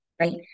right